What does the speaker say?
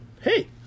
hey